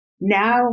Now